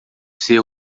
ser